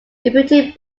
deputy